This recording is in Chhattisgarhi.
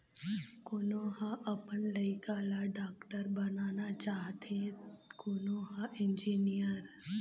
कोनो ह अपन लइका ल डॉक्टर बनाना चाहथे, कोनो ह इंजीनियर